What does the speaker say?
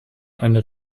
eine